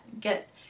get